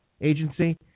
Agency